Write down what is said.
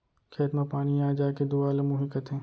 खेत म पानी आय जाय के दुवार ल मुंही कथें